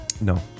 No